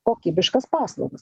kokybiškas paslaugas